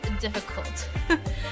difficult